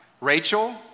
Rachel